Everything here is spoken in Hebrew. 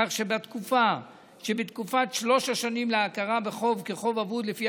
כך שבתקופת שלוש השנים להכרה בחוב כחוב אבוד לפי